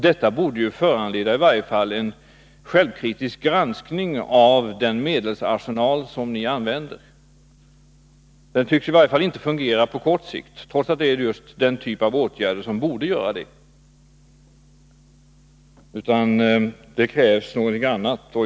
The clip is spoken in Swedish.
Detta borde föranleda en självkritisk granskning av den medelsarsenal som ni använder. Den tycks i varje fall inte fungera på kort sikt, trots att det är just den typ av åtgärder som borde göra det, utan det krävs någonting annat.